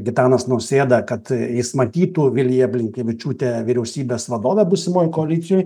gitanas nausėda kad jis matytų viliją blinkevičiūtę vyriausybės vadove būsimoj koalicijoj